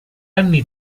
anni